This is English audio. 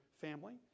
family